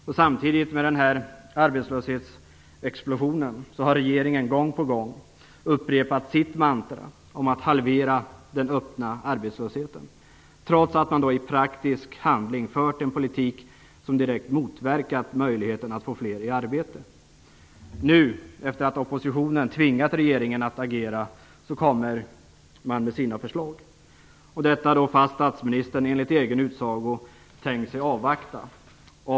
I samband med denna arbetslöshetsexplosion har regeringen gång på gång upprepat sitt mantra om att man skall halvera den öppna arbetslösheten, trots att man i praktisk handling fört en politik som direkt motverkat möjligheten att få fler i arbete. Nu, efter det att oppositionen har tvingat regeringen att agera, kommer man med sina förslag - och detta fast statsministern enligt egen utsago tänkt sig att avvakta.